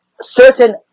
certain